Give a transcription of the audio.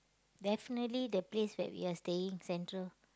definitely the place where we are staying Central